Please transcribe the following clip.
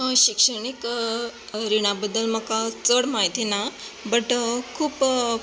शिक्षणीक रिणां बद्दल म्हाका चड म्हायती ना बट खूब